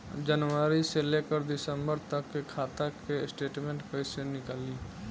जनवरी से लेकर दिसंबर तक के खाता के स्टेटमेंट कइसे निकलि?